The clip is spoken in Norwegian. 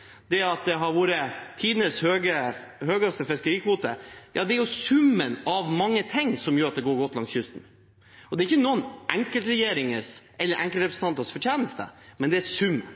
æren for. Kronekursen har vært gunstig, og det har vært tidenes høyeste fiskerikvote – det er summen av mange ting som gjør at det går godt langs kysten. Det er ikke noen enkeltregjeringers eller enkeltrepresentanters fortjeneste, det er summen.